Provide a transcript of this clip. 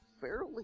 fairly